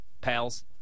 pals